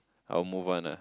I will move on lah